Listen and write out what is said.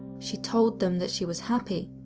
she told them that she was happy,